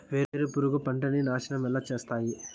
వేరుపురుగు పంటలని నాశనం ఎలా చేస్తాయి?